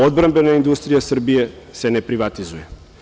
Odbrambena industrija Srbije se ne privatizuje.